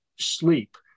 sleep